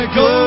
go